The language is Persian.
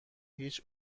هیچ